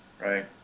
right